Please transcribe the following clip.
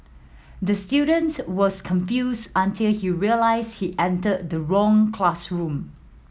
the student was confused until he realised he entered the wrong classroom